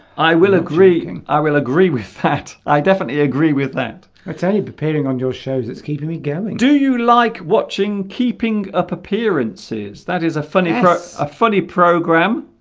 i will agree and i will agree with that i definitely agree with that it's only preparing on your shows it's keeping me going do you like watching keeping up appearances that is a funny but ah funny program